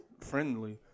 friendly